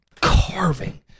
carving